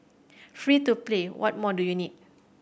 free to play what more do you need